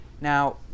Now